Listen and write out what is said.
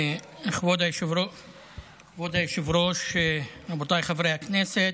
כבוד היושב-ראש, רבותיי חברי הכנסת,